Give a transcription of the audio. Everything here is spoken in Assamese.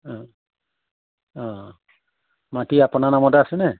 অঁ অঁ মাটি আপোনাৰ নামতে আছেনে